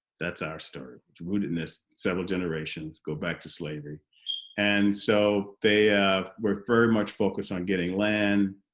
that's our story, it's rooted in this several generations, goes back to slavery and so they ah were very much focused on getting land,